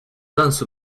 danse